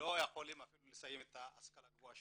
יכולים אפילו לסיים את ההשכלה הגבוהה,